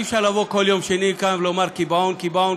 אי-אפשר לבוא כל יום שני כאן ולומר: קיבעון-קיבעון-קיבעון,